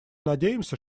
надеемся